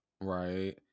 right